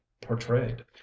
portrayed